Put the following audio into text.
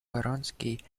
вронский